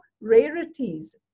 rarities